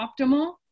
optimal